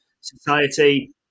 society